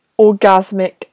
orgasmic